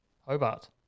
Hobart